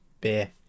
beer